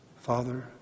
Father